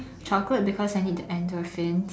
chocolate because I need the endorphins